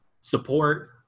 support